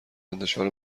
انتشار